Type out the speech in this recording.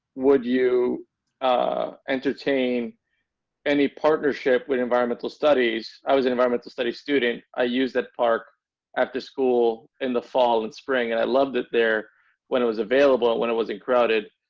would you entertain any partnership with environmental studies i was an environment to study student i use that park after school in the fall and spring and i loved it there when it was available when it wasn't crowded.